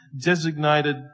designated